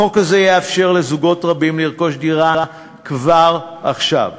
החוק הזה יאפשר לזוגות רבים לרכוש דירה כבר עכשיו.